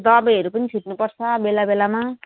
दबाईहरू पनि छिट्नुपर्छ बेला बेलामा